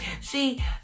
see